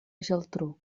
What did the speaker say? geltrú